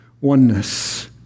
oneness